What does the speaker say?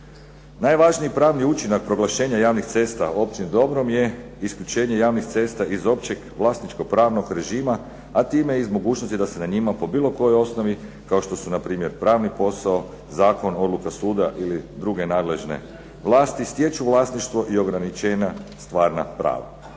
Najvažniji pravni učinak proglašenja javnih cesta općim dobrom je isključenje javnih cesta iz općeg vlasničko-pravnog režima, a time i iz mogućnosti da se na njima po bilo kojoj osnovi, kao što su npr. pravni posao, zakon, odluka suda ili druge nadležne vlasti, stječu vlasništvo i ograničenja stvarna prava.